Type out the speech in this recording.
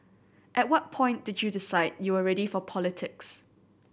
at what point did you decide you were ready for politics